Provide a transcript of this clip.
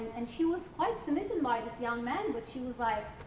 and she was quite smitten by this young man but she was like,